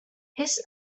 his